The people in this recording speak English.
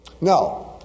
No